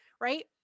right